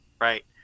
right